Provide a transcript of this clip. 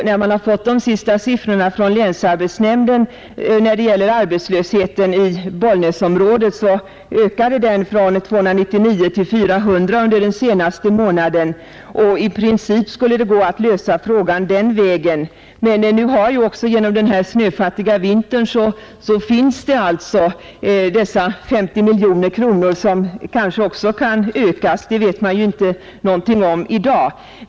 De senaste siffrorna från länsarbetsnämnden visar att arbetslösheten i Bollnäsområdet under den senaste månaden har ökat från 299 till 400. I princip skulle det gå att lösa frågan den vägen. Dessutom har vägverket, som jag framhöll i mitt förra anförande, sparat in 50 miljoner kronor tack vare den snöfattiga vintern — det beloppet kanske också kan stiga, det vet man inte någonting om i dag.